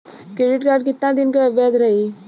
Credit card कितना दिन तक वैध रही?